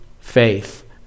faith